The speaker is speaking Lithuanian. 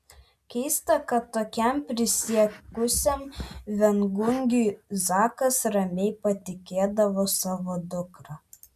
keista kad tokiam prisiekusiam viengungiui zakas ramiai patikėdavo savo dukrą